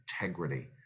integrity